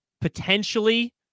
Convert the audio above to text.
potentially